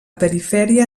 perifèria